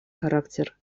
характер